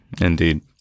indeed